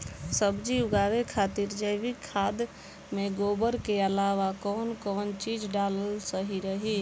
सब्जी उगावे खातिर जैविक खाद मे गोबर के अलाव कौन कौन चीज़ डालल सही रही?